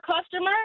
customer